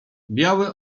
biały